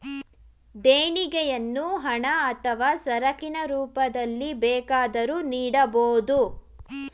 ದೇಣಿಗೆಯನ್ನು ಹಣ ಅಥವಾ ಸರಕಿನ ರೂಪದಲ್ಲಿ ಬೇಕಾದರೂ ನೀಡಬೋದು